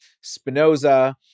Spinoza